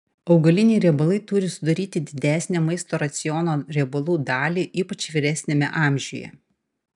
augaliniai riebalai turi sudaryti didesnę maisto raciono riebalų dalį ypač vyresniame amžiuje